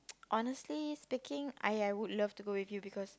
honestly speaking I I would love to go with you because